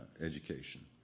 education